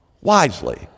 wisely